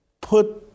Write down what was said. put